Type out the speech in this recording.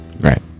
Right